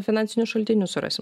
finansinių šaltinių surasim